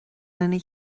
lena